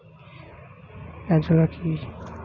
Azolla কি?